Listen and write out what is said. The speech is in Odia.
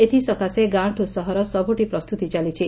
ଏଥିସକାଶେ ଗାଁଠୁ ସହର ସବୁଠି ପ୍ରସ୍ତୁତି ଚାଲିଛି